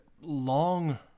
long